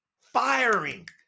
firing